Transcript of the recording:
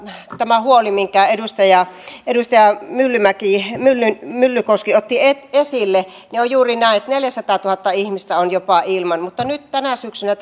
tämä huoli minkä edustaja edustaja myllykoski myllykoski otti esille on juuri näin että jopa neljäsataatuhatta ihmistä on ilman mutta nyt tänä syksynä